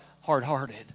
hard-hearted